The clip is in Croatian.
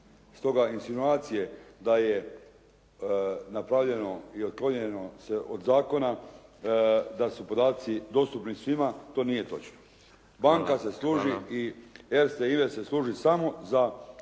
Stoga insinuacije da je napravljeno i otklonjeno od zakona da su podaci dostupni svima, to nije točno. Banka se služi i Erste invest se služi samo za